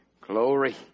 Glory